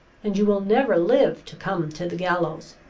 and you will never live to come to the gallows.